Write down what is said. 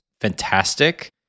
fantastic